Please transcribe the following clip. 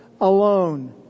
alone